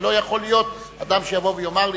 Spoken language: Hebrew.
הרי לא יכול להיות אדם שיבוא ויאמר לי,